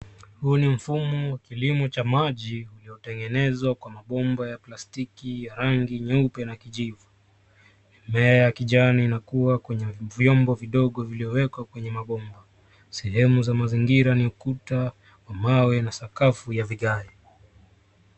Huu ni mfumo wa kilimo cha maji uliotengenezwa kwa mabomba ya plastiki ya rangi nyeupe na kijivu mimea ya kijani inakua kwenye vyombo vidogo vilivyowekwa kwenye mabomba sehemu za mazingira ni ukuta wa mawe na sakafu ya vigai.